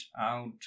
out